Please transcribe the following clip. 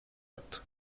attı